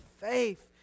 faith